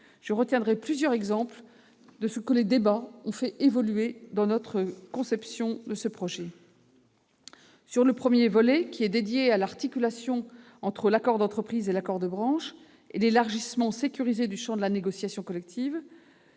Je retiendrai plusieurs exemples où les débats ont fait évoluer notre conception du projet. Sur le premier volet, dédié à la nouvelle articulation de l'accord d'entreprise et de l'accord de branche, ainsi qu'à l'élargissement sécurisé du champ de la négociation collective,